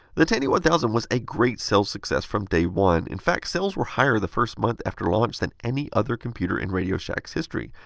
the tandy one thousand was a great sales success from day one. in fact, sales were higher the first month after launch than any other computer in radio shack's history.